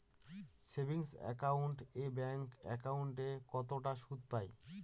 savings account এ bank একাউন্টে একটা সুদ পাই